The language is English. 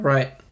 Right